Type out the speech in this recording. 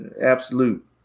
absolute